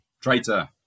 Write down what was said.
Traitor